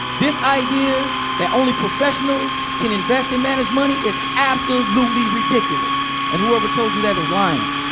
this idea that only professionals can invest and manage money is absolutely ridiculous, and whoever told you that is lying.